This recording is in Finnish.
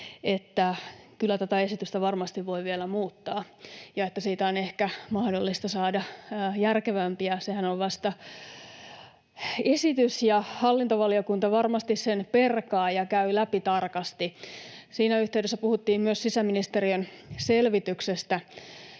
että kyllä tätä esitystä varmasti voi vielä muuttaa ja että siitä on ehkä mahdollista saada järkevämpi ja sehän on vasta esitys ja hallintovaliokunta varmasti sen perkaa ja käy läpi tarkasti. Siinä yhteydessä puhuttiin myös sisäministeriön selvityksestä,